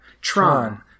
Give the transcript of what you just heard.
Tron